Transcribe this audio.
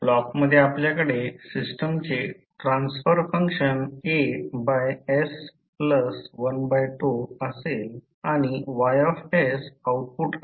ब्लॉकमध्ये आपल्याकडे सिस्टमचे ट्रान्सफर फंक्शन AS1 असेल आणि Y आउटपुट असेल